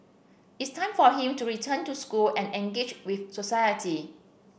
it's time for him to return to school and engage with society